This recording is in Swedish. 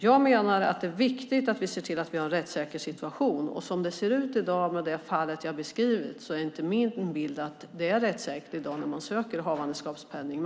Jag menar att det är viktigt att vi ser till att vi har en rättssäker situation. Som det ser ut i dag, med det fall jag har beskrivit, är det inte min bild att det är rättssäkert när man söker havandeskapspenning.